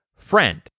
friend